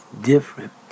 different